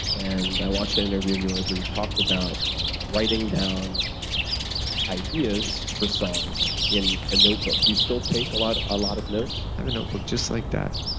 and i watched an interview of yours where you talked about writing down ideas for songs in a notebook. do you still take a lot a lot of notes? i have a notebook just like that